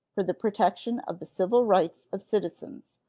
for the protection of the civil rights of citizens,